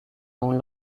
aún